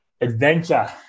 adventure